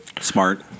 Smart